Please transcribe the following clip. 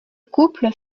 couple